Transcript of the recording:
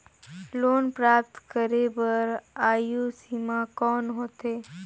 Loan प्राप्त करे बर आयु सीमा कौन होथे?